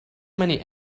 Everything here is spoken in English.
many